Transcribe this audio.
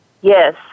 Yes